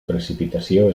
precipitació